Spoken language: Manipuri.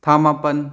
ꯊꯥ ꯃꯥꯄꯟ